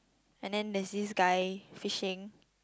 and then there's this guy fishing